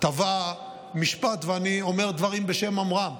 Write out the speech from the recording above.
טבע משפט, ואני אומר דברים בשם אומרם.